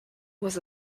was